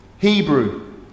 Hebrew